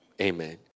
Amen